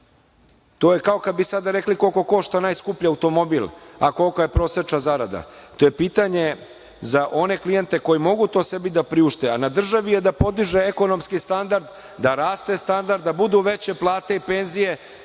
To je kao kad bi sada rekli – koliko košta najskuplji automobil, a kolika je prosečna zarada. To je pitanje za one klijente koji mogu to sebi da priušte, a na državi je da podiže ekonomski standard, da raste standard, da budu veće plate i penzije,